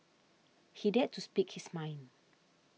he dared to speak his mind